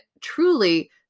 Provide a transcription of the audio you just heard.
truly